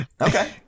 Okay